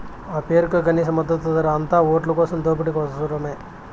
ఆ పేరుకే కనీస మద్దతు ధర, అంతా ఓట్లకోసం దోపిడీ కోసరమే